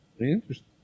Interesting